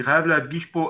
אני חייב להדגיש פה,